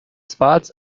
spots